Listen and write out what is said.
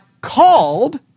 called